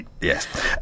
yes